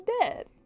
dead